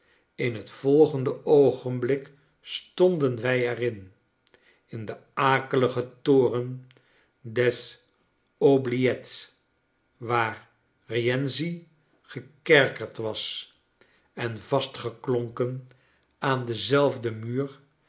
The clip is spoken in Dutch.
in het volgende oogenblik stonden wij er in in den akeligen toren des oubliettes waarrienzigekerkerd was en vastgektonken aan denzelfden muur